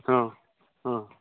ᱦᱮᱸ ᱦᱮᱸ